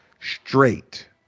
straight